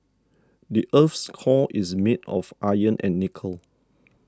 the earth's core is made of iron and nickel